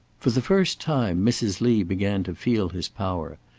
for the first time, mrs. lee began to feel his power.